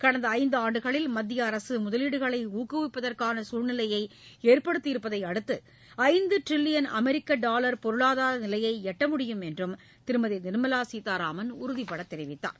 கடந்த ஐந்து ஆண்டுகளில் மத்திய அரசு முதலீடுகளை ஊக்குவிப்பதற்கான சூழ்நிலையை ஏற்படுத்தி இருப்பதை அடுத்து ஐந்து ட்டிரில்லியன் அமெிக்க டாவர் பொருளாதார நிலையை எட்ட முடியும் என்று திருமதி நிர்மலா சீரதாராமன் உறுதிபட தெரிவித்தார்